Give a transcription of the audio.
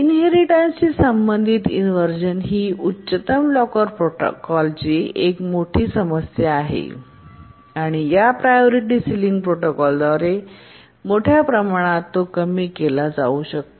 inheritance शी संबंधित inversion ही उच्चतम लॉकर प्रोटोकॉलची एक मोठी समस्या आहे आणि या प्रायोरिटी सिलींग प्रोटोकॉलद्वारे मोठ्या प्रमाणात तो कमी केला जातो